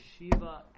yeshiva